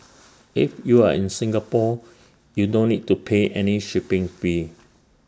if you are in Singapore you don't need to pay any shipping fee